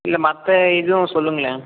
இல்லை மற்ற இதுவும் சொல்லுங்களேன்